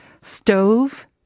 Stove